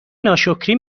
ناشکری